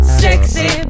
sexy